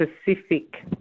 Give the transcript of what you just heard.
specific